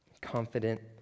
confident